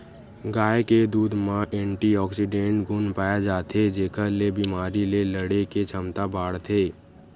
गाय के दूद म एंटीऑक्सीडेंट गुन पाए जाथे जेखर ले बेमारी ले लड़े के छमता बाड़थे